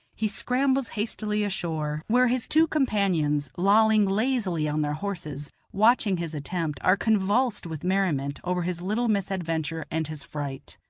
he scrambles hastily ashore, where his two companions, lolling lazily on their horses, watching his attempt, are convulsed with merriment over his little misadventure and his fright.